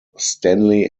stanley